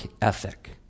ethic